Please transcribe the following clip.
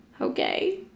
Okay